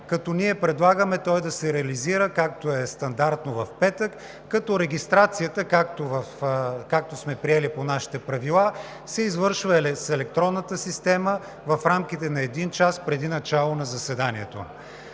Ние предлагаме той да се реализира, както е стандартно – в петък, като регистрацията, както сме приели по нашите правила, се извършва с електронната система в рамките на един час преди началото на заседанието.